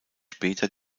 später